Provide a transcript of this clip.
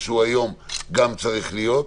גם צריך להיות,